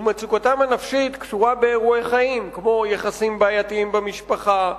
ומצוקתן הנפשית קשורה באירועי חיים כמו יחסים בעייתיים במשפחה,